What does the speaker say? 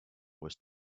was